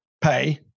pay